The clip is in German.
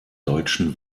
deutschen